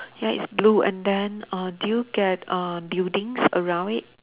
ya it's blue and then uh do you get uh buildings around it